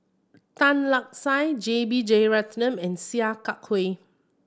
Tan Lark Sye J B Jeyaretnam and Sia Kah Hui